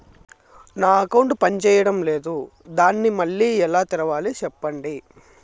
నా అకౌంట్ పనిచేయడం లేదు, దాన్ని మళ్ళీ ఎలా తెరవాలి? సెప్పండి